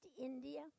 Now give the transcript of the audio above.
India